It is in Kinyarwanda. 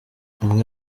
umwe